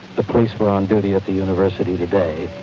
the police were on duty at the university today,